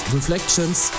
Reflections